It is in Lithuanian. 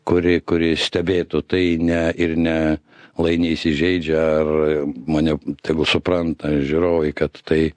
kuri kuri stebėtų tai ne ir ne lai neįsižeidžia ar mane tegu supranta žiūrovai kad tai